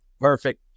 Perfect